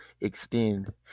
extend